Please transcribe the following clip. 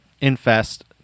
infest